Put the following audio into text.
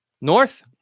North